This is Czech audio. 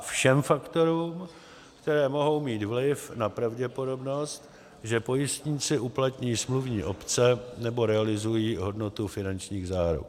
b) všem faktorům, které mohou mít vliv na pravděpodobnost, že pojistníci uplatní smluvní opce nebo realizují hodnotu finančních záruk.